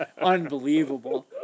Unbelievable